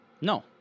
No